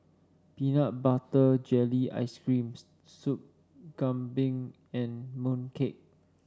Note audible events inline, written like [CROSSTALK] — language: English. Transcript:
Peanut Butter Jelly Ice cream [UNINTELLIGIBLE] Soup Kambing and mooncake